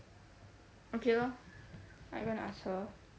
okay lor are you gonna ask her